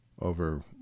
over